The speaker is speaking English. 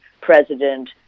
president